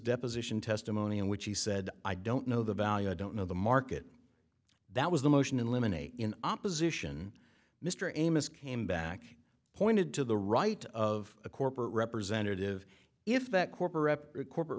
deposition testimony in which he said i don't know the value i don't know the market that was the motion eliminate in opposition mr amos came back pointed to the right of a corporate representative if that corporate corporate